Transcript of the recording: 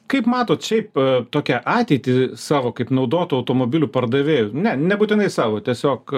kaip matot šiaip tokią ateitį savo kaip naudotų automobilių pardavėjų ne nebūtinai savo tiesiog